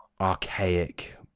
archaic